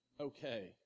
okay